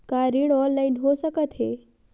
का ऋण ऑनलाइन हो सकत हे?